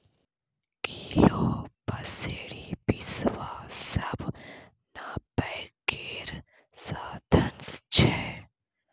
kilo, पसेरी, बिसवा सब नापय केर साधंश छै